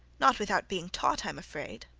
not without being taught, i'm afraid.